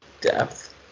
depth